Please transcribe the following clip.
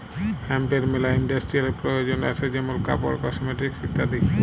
হেম্পের মেলা ইন্ডাস্ট্রিয়াল প্রয়জন আসে যেমন কাপড়, কসমেটিকস ইত্যাদি